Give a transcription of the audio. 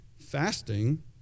Fasting